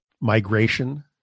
migration